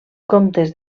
comtes